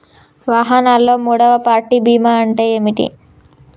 వాహనాల్లో మూడవ పార్టీ బీమా అంటే ఏంటి?